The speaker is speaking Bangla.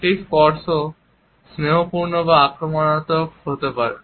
একটি স্পর্শ স্নেহপূর্ণ বা আক্রমণাত্মকও হতে পারে